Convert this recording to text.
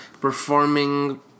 performing